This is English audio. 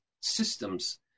systems